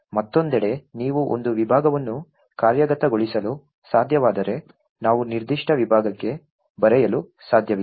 ಮತ್ತೊಂದೆಡೆ ನೀವು ಒಂದು ವಿಭಾಗವನ್ನು ಕಾರ್ಯಗತಗೊಳಿಸಲು ಸಾಧ್ಯವಾದರೆ ನಾವು ನಿರ್ದಿಷ್ಟ ವಿಭಾಗಕ್ಕೆ ಬರೆಯಲು ಸಾಧ್ಯವಿಲ್ಲ